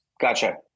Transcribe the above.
Gotcha